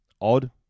odd